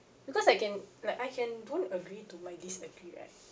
because I can like I can don't agree to my disagree right